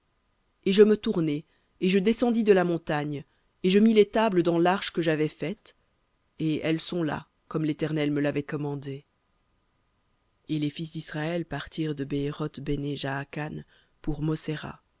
et je me tournai et je descendis de la montagne et je mis les tables dans l'arche que j'avais faite et elles sont là comme l'éternel me l'avait commandé de lé